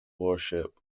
warship